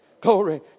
Glory